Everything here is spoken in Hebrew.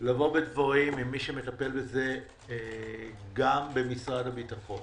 לבוא בדברים עם מי שמטפל בזה גם במשרד הביטחון